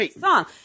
song